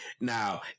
now